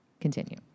Continue